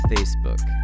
Facebook